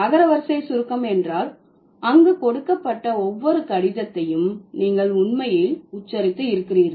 அகரவரிசை சுருக்கம் என்றால் அங்கு கொடுக்கப்பட்ட ஒவ்வொரு கடிதத்தையும் நீங்கள் உண்மையில் உச்சரித்து இருக்கிறீர்கள்